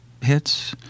hits